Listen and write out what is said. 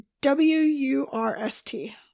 w-u-r-s-t